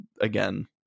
again